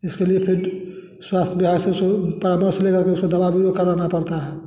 जिसके लिए फिर स्वास्थ्य बिहार से उसे परामर्श लेकर के उसको दवा बिरो करना पड़ता है